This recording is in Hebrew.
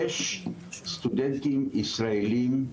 יש סטודנטים ישראלים,